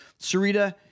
Sarita